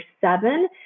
seven